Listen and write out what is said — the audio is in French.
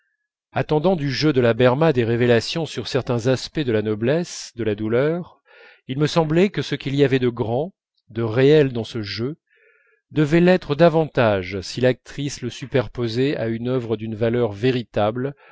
attendant du jeu de la berma des révélations sur certains aspects de la noblesse de la douleur il me semblait que ce qu'il y avait de grand de réel dans ce jeu devait l'être davantage si l'actrice le superposait à une œuvre d'une valeur véritable